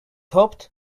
hoped